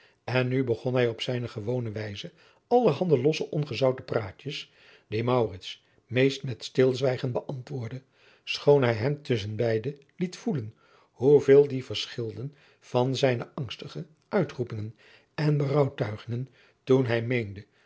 en nu begon hij op zijne gewone wijze allerhande losse ongezouten praatjes die maurits meest met stilzwijgen beantwoordde schoon hij hem tusschen beide liet voelen hoeveel die verschilden van zijne angstige uitroepingen en berouwbetuigingen toen hij meende